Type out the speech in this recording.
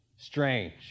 Strange